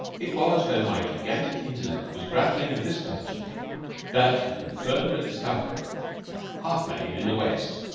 it was when my gigantic intellect was grappling with this question that i confirmed a discovery half made in the west.